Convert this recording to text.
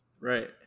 Right